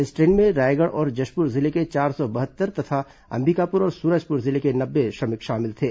इस ट्रेन में रायगढ़ और जशपुर जिले के चार सौ बहत्तर तथा अंबिकापुर और सूरजपुर जिले के नब्बे श्रमिक शामिल थे